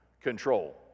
control